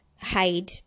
hide